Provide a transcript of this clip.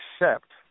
accept